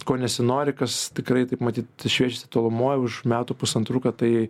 ko nesinori kas tikrai taip matyt šviečiasi tolumoj už metų pusantrų kad tai